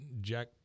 Jack